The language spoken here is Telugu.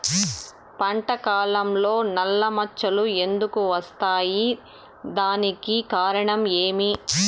పంట కాలంలో నల్ల మచ్చలు ఎందుకు వస్తాయి? దానికి కారణం ఏమి?